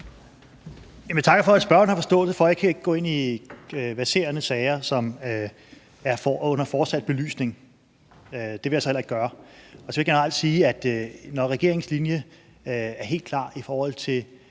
takker for, at spørgeren har forståelse for, at jeg ikke kan gå ind i verserende sager, som er under fortsat belysning. Det vil jeg så heller ikke gøre. Så vil jeg generelt sige, at regeringens linje er helt klar i forhold til